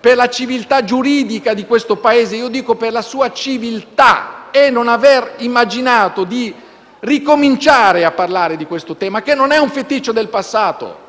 per la civiltà giuridica del nostro Paese, e io dico per la sua civiltà. Non si è immaginato di ricominciare a parlare di questo tema, che non è un feticcio del passato,